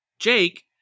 Jake